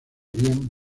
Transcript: habían